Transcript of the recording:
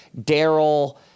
Daryl